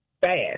fast